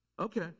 Okay